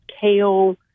kale